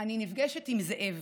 אני נפגשת עם זאב,